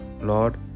Lord